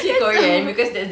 that's so